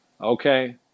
Okay